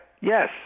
Yes